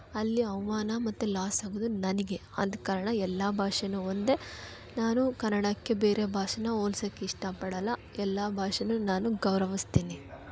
ಅಲ್ಲಿ ಅವಮಾನ ಮತ್ತು ಲಾಸ್ ಆಗೋದು ನನಗೆ ಅದು ಕಾರಣ ಎಲ್ಲ ಭಾಷೇ ಒಂದೇ ನಾನು ಕನ್ನಡಕ್ಕೆ ಬೇರೆ ಭಾಷೇನ ಹೋಲ್ಸಕ್ಕೆ ಇಷ್ಟಪಡಲ್ಲ ಎಲ್ಲ ಭಾಷೇನು ನಾನು ಗೌರವಿಸ್ತೀನಿ